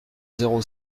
zéro